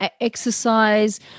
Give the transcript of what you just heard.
exercise